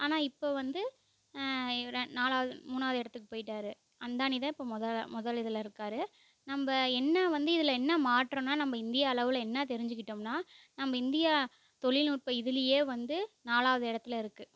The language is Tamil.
ஆனால் இப்போ வந்து இவர் நாலாவது மூணாவது இடத்துக்கு போயிட்டார் அந்தானி தான் இப்போ முதலா முதல் இதில் இருக்கார் நம்ம என்ன வந்து இதில் என்ன மாற்றம்னால் நம்ம இந்தியா லெவல் என்ன தெரிஞ்சிக்கிட்டோம்னால் நம்ம இந்தியா தொழிநுட்ப இதுலேயே வந்து நாலாவது இடத்துல இருக்குது